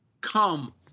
Come